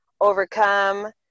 overcome